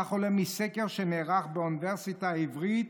כך עולה מסקר שנערך באוניברסיטת העברית